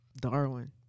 Darwin